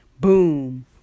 Boom